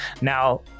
Now